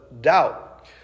doubt